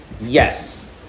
Yes